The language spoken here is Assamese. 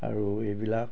আৰু এইবিলাক